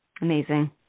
Amazing